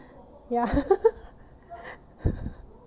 ya